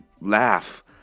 laugh